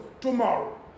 tomorrow